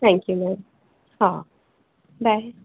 thank you ma'am हा bye